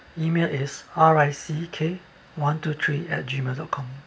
email is R I C K one two three at gmail dot com